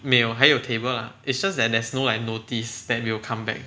没有还有 table lah it's just that there's no like notice that they will come back